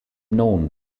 known